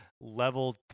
level